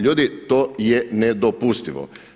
Ljudi to je nedopustivo.